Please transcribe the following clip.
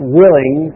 willing